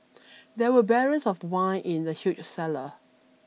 there were barrels of wine in the huge cellar